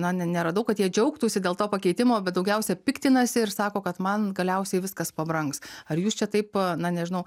na ne neradau kad jie džiaugtųsi dėl to pakeitimo bet daugiausia piktinasi ir sako kad man galiausiai viskas pabrangs ar jūs čia taip na nežinau